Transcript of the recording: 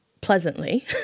pleasantly